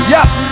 Yes